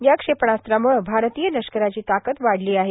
या क्षेपणास्त्रामुळं भारतीय लष्कराची ताकद वाढली आहे